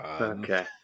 Okay